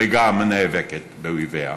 וגם נאבקת באויביה.